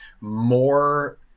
more